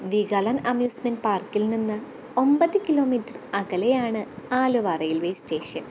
Veegaland amusement പാര്ക്കില് നിന്ന് ഒമ്പത് കിലോ മീറ്റര് അകലെയാണ് ആലുവാ റെയില്വേ സ്റ്റേഷന്